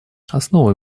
основой